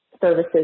services